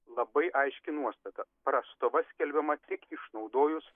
labai aiški nuostata prastova skelbiama tik išnaudojus